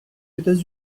états